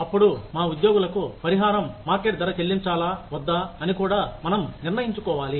అప్పుడు మా మా ఉద్యోగులకు పరిహారం మార్కెట్ ధర చెల్లించాలా వద్దా అని కూడా మనం నిర్ణయించుకోవాలి